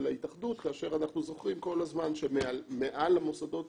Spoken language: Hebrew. ההתאחדות כאשר אנחנו זוכרים כל הזמן שמעל המוסדות